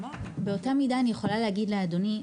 באותה מידה אני יכולה להגיד לאדוני,